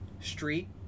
street